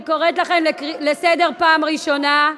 אני קוראת אתכם לסדר פעם ראשונה.